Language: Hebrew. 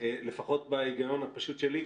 לפחות בהיגיון הפשוט שלי,